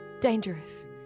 dangerous